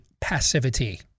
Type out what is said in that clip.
passivity